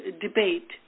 debate